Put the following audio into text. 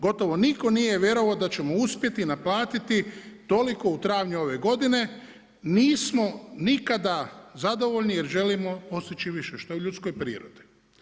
Gotovo nitko nije vjerovao da ćemo uspjeti naplatiti toliko u travnju ove godine, nismo nikada zadovoljni, jer želimo postići više, što je u ljudskoj prirodi.